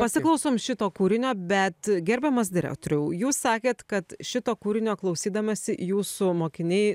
pasiklausom šito kūrinio bet gerbiamas direktoriau jūs sakėt kad šito kūrinio klausydamasi jūsų mokiniai